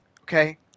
okay